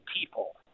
people